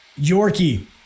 yorkie